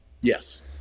yes